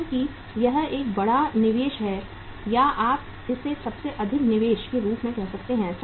क्योंकि यह एक बड़ा निवेश है या आप इसे सबसे अधिक निवेश के रूप में कह सकते हैं